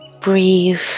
breathe